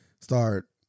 start